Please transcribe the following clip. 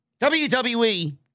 WWE